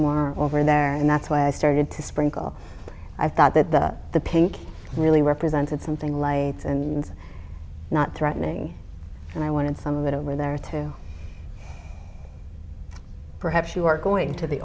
more over there and that's why i started to sprinkle i thought that that the pink really represented something light and not threatening and i wanted some of that over there to perhaps you are going to the